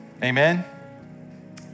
Amen